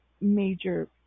major